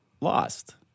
lost